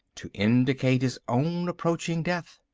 to indicate his own approaching death.